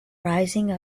rising